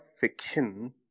fiction